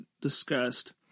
discussed